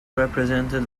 represented